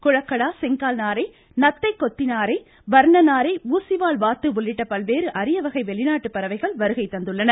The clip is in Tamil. கூழக்கடா செங்கால் நாரை நத்தைக் கொத்தி நாரை வர்ண நாரை ஊசிவால் வாத்து உள்ளிட்ட பல்வேறு அரியவகை வெளிநாட்டு பறவைகள் வருகை தந்துள்ளன